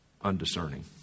undiscerning